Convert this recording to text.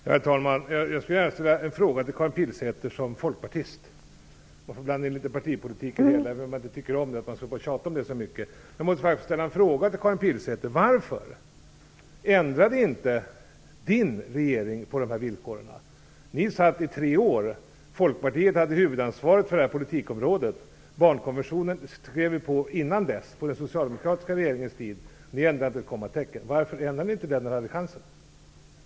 Herr talman! Jag skulle gärna vilja ställa en fråga till Karin Pilsäter som folkpartist. Jag får blanda in partipolitik fast jag inte tycker om det, men annars kommer vi att tjata så mycket om detta. Varför ändrade inte Karin Pilsäters regering på dessa villkor? Ni satt i regering i tre år. Folkpartiet hade huvudansvaret för detta politikområde. Barnkonventionen skrev vi på innan dess, på den socialdemokratiska regeringens tid. Ni ändrade inte ett kommatecken. Varför ändrade ni inte när ni hade chansen?